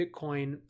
Bitcoin